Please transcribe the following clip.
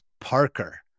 Parker